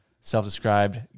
Self-described